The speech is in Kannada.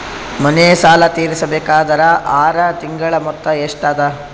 ಮನೆ ಸಾಲ ತೀರಸಬೇಕಾದರ್ ಆರ ತಿಂಗಳ ಮೊತ್ತ ಎಷ್ಟ ಅದ?